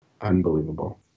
Unbelievable